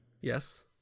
Yes